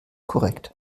korrekt